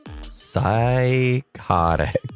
psychotic